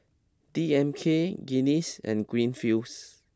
D M K Guinness and Greenfields